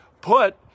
put